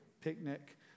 picnic